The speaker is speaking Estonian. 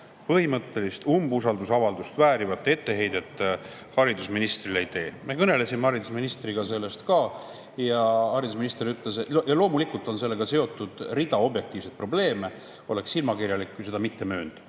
põhimõttelist umbusaldusavaldust väärivat etteheidet haridusministrile ei tee.Me kõnelesime haridusministriga sellest ka ja haridusminister ütles – loomulikult on sellega seotud rida objektiivseid probleeme, oleks silmakirjalik seda mitte möönda,